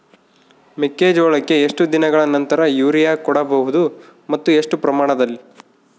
ಮೆಕ್ಕೆಜೋಳಕ್ಕೆ ಎಷ್ಟು ದಿನಗಳ ನಂತರ ಯೂರಿಯಾ ಕೊಡಬಹುದು ಮತ್ತು ಎಷ್ಟು ಪ್ರಮಾಣದಲ್ಲಿ?